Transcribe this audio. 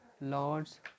Lord's